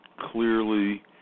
clearly